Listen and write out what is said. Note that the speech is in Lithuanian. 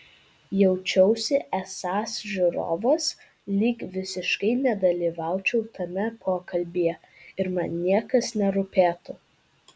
jaučiausi esąs žiūrovas lyg visiškai nedalyvaučiau tame pokalbyje ir man niekas nerūpėtų